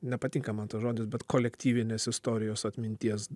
nepatinka man tas žodis bet kolektyvinės istorijos atminties